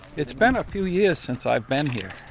it's been a few years since i've been here.